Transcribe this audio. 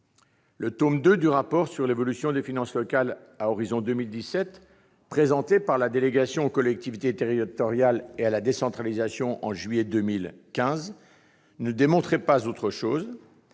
Le tome II du rapport sur l'évolution des finances locales à l'horizon 2017, présenté par la délégation sénatoriale aux collectivités territoriales et à la décentralisation en juillet 2015, ne démontrait pas autre chose